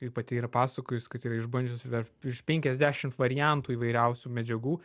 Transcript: ji pati yra pasakojus kad yra išbandžius dar virš penkiasdešim variantų įvairiausių medžiagų